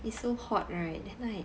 it's so hot right then like